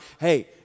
hey